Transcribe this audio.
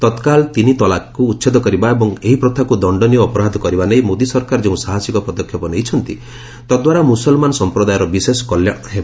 ତତ୍କାଳ ତିନି ତଲାକକୁ ଉଚ୍ଛେଦ କରିବା ଏବଂ ଏହି ପ୍ରଥାକୁ ଦଣ୍ଡନୀୟ ଅପରାଧ କରିବା ନେଇ ମୋଦି ସରକାର ଯେଉଁ ସାହସିକ ପଦକ୍ଷେପ ନେଇଛନ୍ତି ତଦ୍ୱାରା ମୁସଲମାନ ସଂପ୍ରଦାୟର ବିଶେଷ କଲ୍ୟାଣ ହେବ